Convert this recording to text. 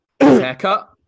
haircut